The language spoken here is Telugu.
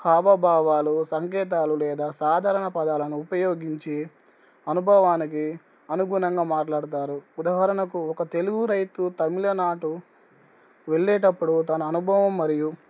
హావాభావాలు సంకేతాలు లేదా సాధారణ పదాలను ఉపయోగించి అనుభవానికి అనుగుణంగా మాట్లాడతారు ఉదాహరణకు ఒక తెలుగు రైతు తమిళనాడు వెళ్ళేటప్పుడు తన అనుభవం మరియు